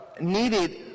needed